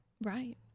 Right